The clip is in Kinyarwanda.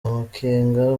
amakenga